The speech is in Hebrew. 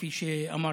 כפי שאמרתי,